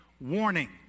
warning